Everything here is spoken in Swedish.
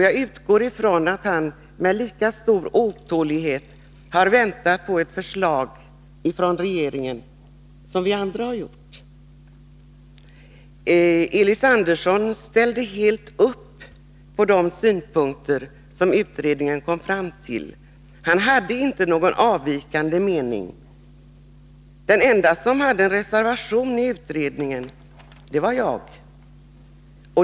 Jag utgår därför från att han med lika stor otålighet som vi andra har väntat på ett förslag från regeringen. Elis Andersson ställde sig helt bakom de synpunkter som utredningen kom fram till. Han hade inte någon avvikande mening. Den enda i utredningen som reserverade sig var jag.